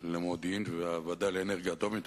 למודיעין ולוועדה לאנרגיה אטומית,